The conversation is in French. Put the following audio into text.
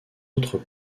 autres